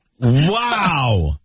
Wow